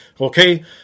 okay